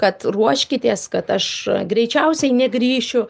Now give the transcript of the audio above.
kad ruoškitės kad aš greičiausiai negrįšiu